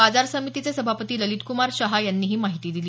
बाजार समितीचे सभापती ललितक्मार शहा यांनी ही माहिती दिली